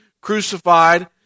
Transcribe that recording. crucified